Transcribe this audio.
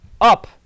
up